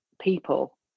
people